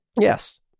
yes